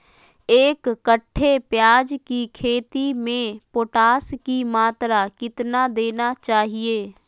एक कट्टे प्याज की खेती में पोटास की मात्रा कितना देना चाहिए?